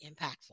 impactful